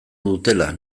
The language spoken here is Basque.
dutela